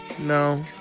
No